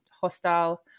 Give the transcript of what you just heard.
hostile